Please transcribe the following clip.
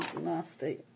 nasty